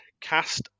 cast